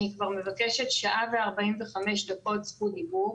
אני כבר מבקשת שעה ו-45 דקות זכות דיבור.